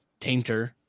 Tainter